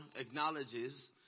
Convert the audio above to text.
acknowledges